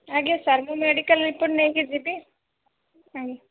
ଆଜ୍ଞା ସାର୍ ମୁଁ medical report ନେଇକି ଯିବି